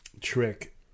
trick